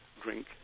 drink